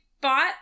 bought